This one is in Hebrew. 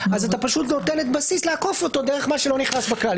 אתה פשוט נותן בסיס לעקוף אותו דרך מה שלא נכנס בכלל.